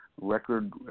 record